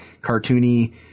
cartoony